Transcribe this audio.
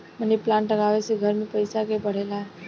मनी plant लागवे से घर में पईसा के बढ़ेला